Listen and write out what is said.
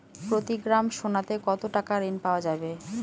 প্রতি গ্রাম সোনাতে কত টাকা ঋণ পাওয়া যাবে?